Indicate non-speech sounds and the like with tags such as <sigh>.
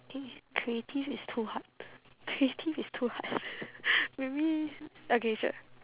think creative is too hard creative is too hard <noise> maybe okay sure